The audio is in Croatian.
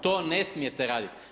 To ne smijete radit.